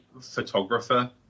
photographer